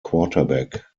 quarterback